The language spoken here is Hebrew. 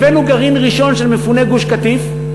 הבאנו גרעין ראשון של מפוני גוש-קטיף,